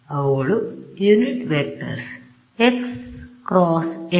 ಅವುಗಳನ್ನು unit vectors xˆ × H